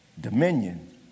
Dominion